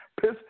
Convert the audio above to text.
Piss